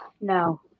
No